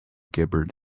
gibbered